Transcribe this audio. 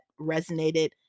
resonated